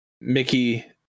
Mickey